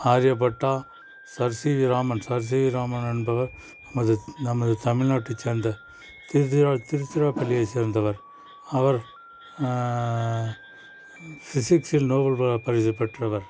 ஆரியபட்டா ராமன் ராமன் என்பவர் நமது நமது தமிழ்நாட்டை சேர்ந்த திருச்சிராப்பள்ளியை சேர்ந்தவர் அவர் ஃபிசிக்ஸில் நோபல் பரிசு பெற்றவர்